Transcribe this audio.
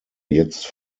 jetzt